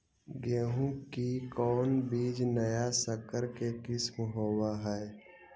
गेहू की कोन बीज नया सकर के किस्म होब हय?